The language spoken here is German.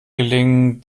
gelingen